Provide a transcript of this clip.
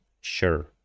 sure